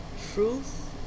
truth